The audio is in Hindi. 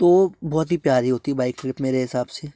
तो बहुत ही प्यारी होती है बाइकिंग ट्रिप मेरे हिसाब से